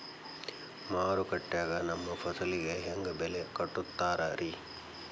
ಮಾರುಕಟ್ಟೆ ಗ ನಮ್ಮ ಫಸಲಿಗೆ ಹೆಂಗ್ ಬೆಲೆ ಕಟ್ಟುತ್ತಾರ ರಿ?